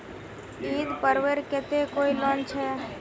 ईद पर्वेर केते कोई लोन छे?